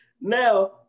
Now